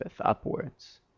upwards